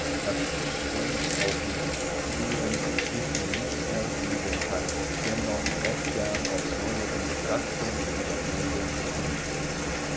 das ich wenn ichs auch nicht zugeben mich ihm nicht ergeben kann dennoch recht gern aufs neue in betrachtung und überlegung ziehen will